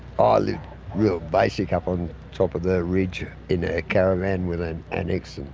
ah lived real basic up on top of the ridge in a caravan with an annex,